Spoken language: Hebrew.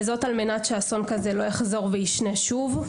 וזאת על מנת שאסון כזה לא יחזור וישנה שוב.